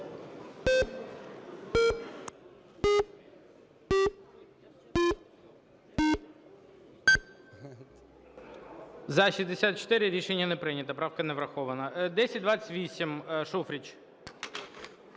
За-64 Рішення не прийнято. Правка не врахована. 1029, Шуфрич.